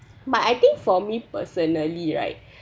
but I think for me personally right